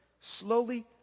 slowly